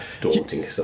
daunting